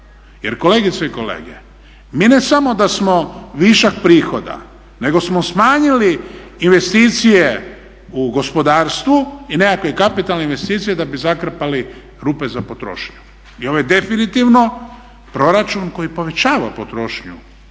Jer kolegice i kolege, mi ne samo da smo višak prihoda nego smo smanjili investicije u gospodarstvu i nekakve kapitalne investicije da bi zakrpali rupe za potrošnju i ovo je definitivno proračun koji povećava potrošnju,